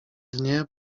dnie